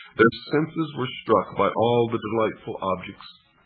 their senses were struck by all the delightful objects,